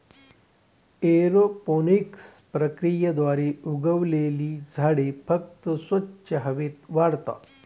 aeroponics प्रक्रियेद्वारे उगवलेली झाडे फक्त स्वच्छ हवेत वाढतात